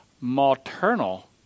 maternal